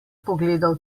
pogledal